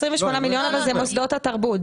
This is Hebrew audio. אבל ה-28 מיליון זה מוסדות התרבות,